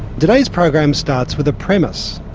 today's program starts with a premise,